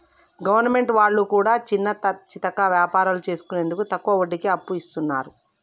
government వాళ్లు కూడా చిన్నాచితక వ్యాపారం చేసుకునేందుకు తక్కువ వడ్డీకి అప్పు ఇస్తున్నరు